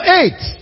eight